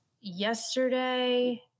yesterday